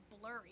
blurry